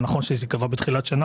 נכון שהיא תיקבע בתחילת השנה,